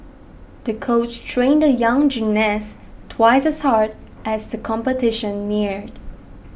the coach trained the young gymnast twice as hard as the competition neared